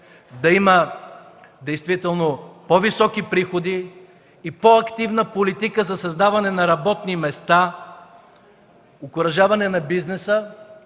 планиране, по-високи приходи и по-активна политика за създаване на работни места, окуражаване на бизнеса